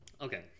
Okay